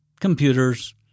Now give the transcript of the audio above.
computers